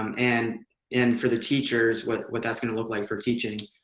and and, for the teachers, what what that's gonna look like for teaching.